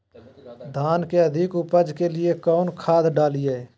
धान के अधिक उपज के लिए कौन खाद डालिय?